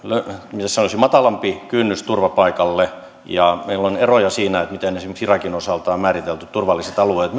matalampi kynnys turvapaikalle ja meillä on eroja siinä miten esimerkiksi irakin osalta on määritelty turvalliset alueet